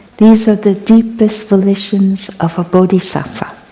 these are the deepest volitions of a bodhisattva,